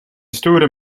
stoere